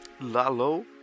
Lalo